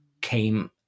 came